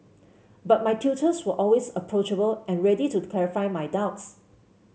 but my tutors were always approachable and ready to clarify my doubts